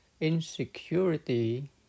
Insecurity